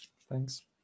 Thanks